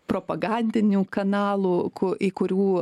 propagandinių kanalų ku į kurių